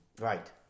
Right